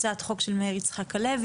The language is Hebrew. הצעת חוק של מאיר יצחק הלוי,